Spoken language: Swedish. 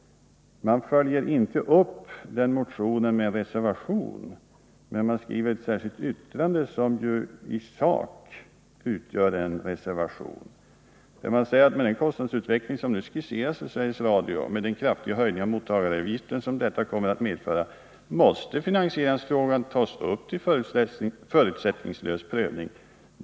Man följer inte upp motionen med en reservation, men skriver ett särskilt yttrande som i sak utgör en reservation. Det står bl.a. följande: ”Men med den kostnadsutveckling som nu skisseras för Sveriges Radio och med den kraftiga höjning av mottagaravgiften som detta kommer att medföra måste finansieringsfrågan tas upp till förutsättningslös prövning.